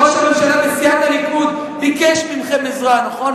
ראש הממשלה בסיעת הליכוד ביקש מכם עזרה, נכון?